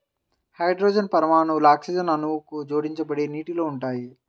hydrogen పరమాణువులు oxygen అణువుకు జోడించబడి నీటిలో ఉంటాయి